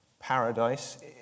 paradise